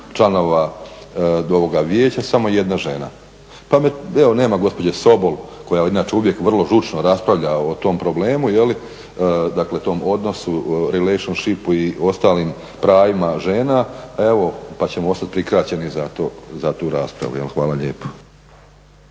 članova ovoga Vijeća samo jedna žena. Pa me, evo nema gospođe Sobol koja inače uvijek vrlo žučno raspravlja o tom problemu, dakle tom odnosu relationshipu i ostalim pravima žena. Pa evo pa ćemo ostati prikraćeni za tu raspravu. Hvala lijepo.